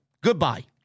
Goodbye